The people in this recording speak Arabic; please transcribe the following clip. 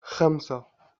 خمسة